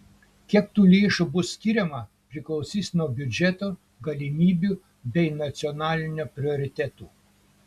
kiek tų lėšų bus skiriama priklausys nuo biudžeto galimybių bei nacionalinių prioritetų